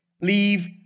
leave